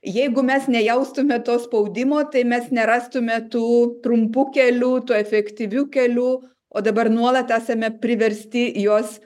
jeigu mes nejaustume to spaudimo tai mes nerastume tų trumpų kelių tų efektyvių kelių o dabar nuolat esame priversti juos